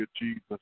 Jesus